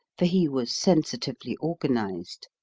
for he was sensitively organised.